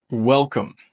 welcome